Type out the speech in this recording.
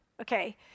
Okay